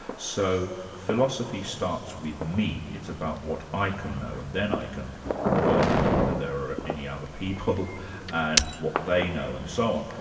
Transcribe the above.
so philosophy starts with me, it's about what i can know, and then i can work out whether there are any other people and what they know and so on.